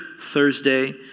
Thursday